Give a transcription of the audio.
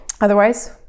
otherwise